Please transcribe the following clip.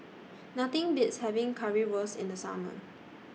Nothing Beats having Currywurst in The Summer